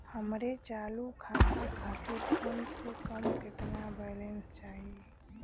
हमरे चालू खाता खातिर कम से कम केतना बैलैंस चाही?